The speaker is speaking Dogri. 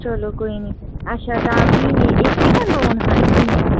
चलो कोई नेईं अच्छा ता फ्ही इक जां दौं खाली किन्ने न